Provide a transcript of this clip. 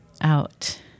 out